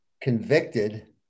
convicted